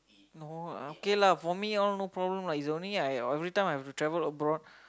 no uh okay lah for me all no problem lah is only I everytime I have to travel abroad